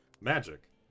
Magic